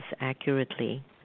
accurately